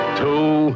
two